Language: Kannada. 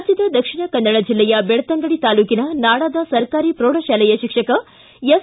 ರಾಜ್ದದ ದಕ್ಷಿಣ ಕನ್ನಡ ಜಿಲ್ಲೆ ಬೆಳ್ತಂಗಡಿ ತಾಲೂಕಿನ ನಾಡಾದ ಸರ್ಕಾರಿ ಪ್ರೌಢಶಾಲೆಯ ಶಿಕ್ಷಕ ಎಸ್